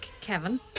Kevin